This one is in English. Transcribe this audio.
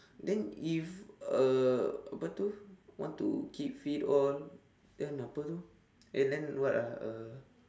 then if uh apa itu want to keep fit all then apa itu eh then what ah uh